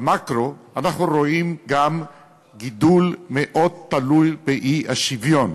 במקרו אנחנו רואים גם גידול מאוד תלול באי-שוויון.